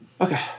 Okay